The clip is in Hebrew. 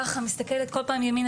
ככה מסתכלת כל פעם ימינה,